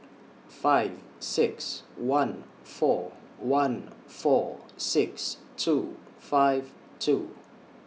five six one four one four six two five two